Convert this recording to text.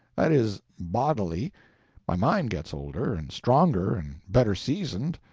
that is, bodily my mind gets older, and stronger, and better seasoned,